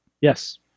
Yes